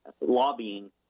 lobbying